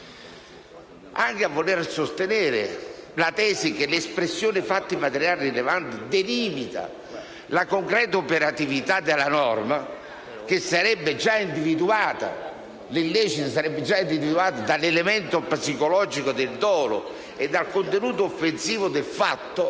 Anche a voler sostenere la tesi che l'espressione «fatti materiali rilevanti» delimita la concreta operatività dell'illecito, che sarebbe già individuato dall'elemento psicologico del dolo e dal contenuto offensivo del fatto,